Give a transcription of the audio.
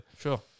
Sure